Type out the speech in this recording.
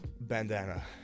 Bandana